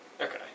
Okay